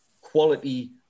quality